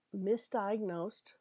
misdiagnosed